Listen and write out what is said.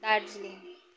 Darjeeling